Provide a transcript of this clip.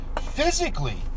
physically